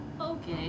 Okay